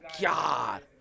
God